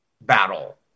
battle